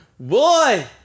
Boy